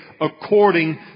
according